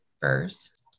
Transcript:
first